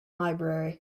library